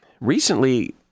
recently